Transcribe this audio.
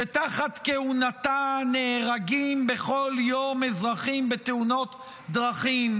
שתחת כהונתה נהרגים בכל יום אזרחים בתאונות דרכים,